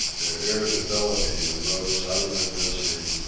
their irritability arose out of their misery,